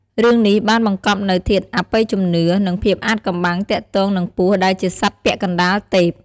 រឿងនេះបានបង្កប់នូវធាតុអបិយជំនឿ និងភាពអាថ៌កំបាំងទាក់ទងនឹងពស់ដែលជាសត្វពាក់កណ្ដាលទេព។